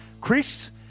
Chris